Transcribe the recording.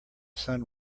sun